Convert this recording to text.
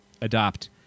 Adopt